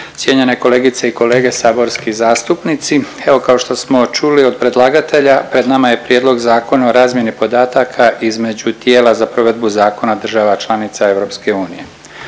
cijenjene kolegice i kolege saborski zastupnici. Evo kao što smo čuli od predlagatelja pred nama je Prijedlog Zakona o razmjeni podataka između tijela za provedbu zakona država članica EU.